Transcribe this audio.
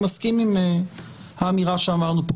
מסכים אם האמירה שאמרנו פה.